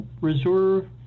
reserve